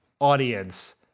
audience